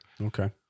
Okay